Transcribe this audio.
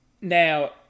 Now